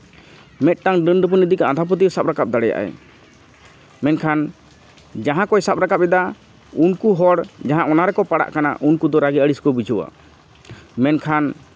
ᱢᱤᱫᱴᱟᱱ ᱰᱟᱹᱱ ᱰᱟᱹᱯᱟᱹᱱ ᱤᱫᱤ ᱠᱟᱛᱮᱫ ᱟᱸᱫᱷᱟᱯᱟᱹᱛᱭᱟᱹᱣ ᱥᱟᱵ ᱨᱟᱠᱟᱵ ᱫᱟᱲᱮᱭᱟᱜ ᱟᱭ ᱢᱮᱱᱠᱷᱟᱱ ᱡᱟᱦᱟᱸ ᱠᱚᱭ ᱥᱟᱵ ᱨᱟᱠᱟᱵ ᱮᱫᱟ ᱩᱱᱠᱩ ᱦᱚᱲ ᱡᱟᱦᱟᱸ ᱚᱱᱟ ᱨᱮᱠᱚ ᱯᱟᱲᱟᱜ ᱠᱟᱱᱟ ᱩᱱᱠᱩ ᱫᱚ ᱨᱟᱹᱜᱤ ᱟᱹᱲᱤᱥ ᱠᱚ ᱵᱩᱡᱷᱟᱹᱣᱟ ᱢᱮᱱᱠᱷᱟᱱ